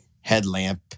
headlamp